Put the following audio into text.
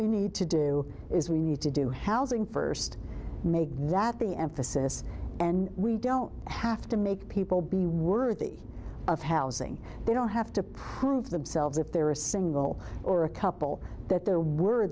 we need to do is we need to do housing first make that the emphasis and we don't have to make people be worthy of housing they don't have to prove themselves if they're a single or a couple that they're